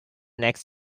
next